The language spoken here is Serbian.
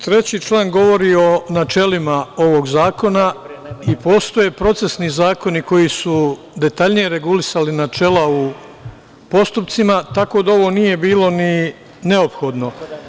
Član 3. govori o načelima ovog zakona, a postoje procesni zakoni koji su detaljnije regulisali načela u postupcima, tako da ovo nije bilo ni neophodno.